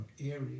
areas